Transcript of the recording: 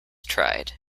tried